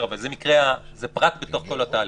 אבל זה פרט בכל התהליך.